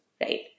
right